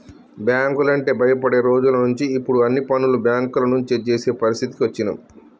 బ్యేంకులంటే భయపడే రోజులనుంచి ఇప్పుడు అన్ని పనులు బ్యేంకుల నుంచే జేసే పరిస్థితికి అచ్చినం